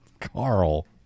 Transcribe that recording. Carl